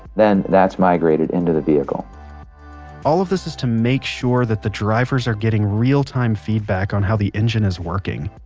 then that's migrated into the vehicle all of this is to make sure that the driver's are getting real time feedback on how the engine is working.